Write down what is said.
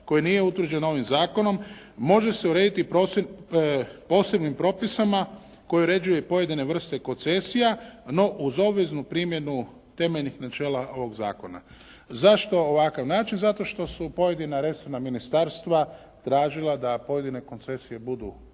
koje nije utvrđeno ovim zakonom, može se urediti posebnim propisima koje uređuje i pojedine vrste koncesija, no uz obveznu primjenu temeljnih načela ovog zakona. Zašto ovakav način? Zato što su pojedina resorna ministarstva tražila da pojedine koncesije budu